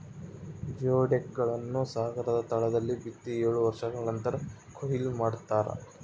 geoduck ಗಳನ್ನು ಸಾಗರದ ತಳದಲ್ಲಿ ಬಿತ್ತಿ ಏಳು ವರ್ಷಗಳ ನಂತರ ಕೂಯ್ಲು ಮಾಡ್ತಾರ